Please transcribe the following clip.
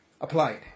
applied